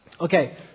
Okay